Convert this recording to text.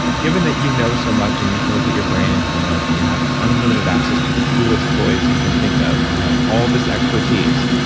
given that you know so much and you can look at your brain and hormones and you have unlimited access to the coolest toys you can think of and you have all this expertise,